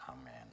Amen